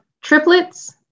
triplets